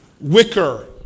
wicker